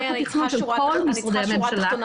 בתוך התכנון של כל משרדי הממשלה,